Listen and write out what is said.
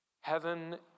Heaven